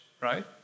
right